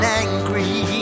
angry